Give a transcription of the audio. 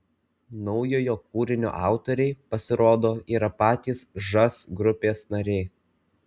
naujojo kūrinio autoriai pasirodo yra patys žas grupės nariai